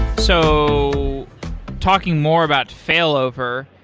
so talking more about failover,